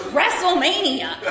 WrestleMania